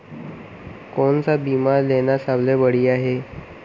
कोन स बीमा लेना सबले बढ़िया हे?